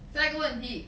下一个问题